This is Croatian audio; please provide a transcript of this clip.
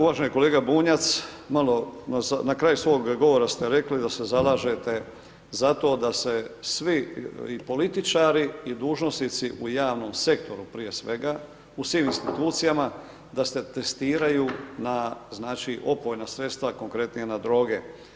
Uvaženi kolega Bunjac, malo, na kraju svog govora ste rekli da se zalažete za to da se svi, i političari, i dužnosnici u javnom sektoru prije svega, u svim institucijama, da se testiraju na, znači, opojna sredstva, konkretnije na droge.